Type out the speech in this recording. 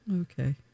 Okay